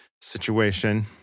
situation